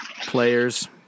players